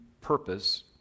purpose